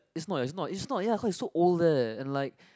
is not is not is not ya cause is so old there and like